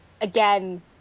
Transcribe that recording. again